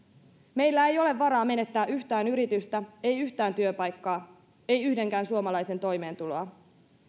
meillä ei ole varaa menettää yhtään yritystä ei yhtään työpaikkaa ei yhdenkään suomalaisen toimeentuloa